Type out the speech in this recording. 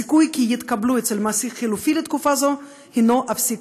הסיכוי שיתקבלו אצל מעסיק חלופי לתקופה זו הוא אפסי,